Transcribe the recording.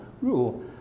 rule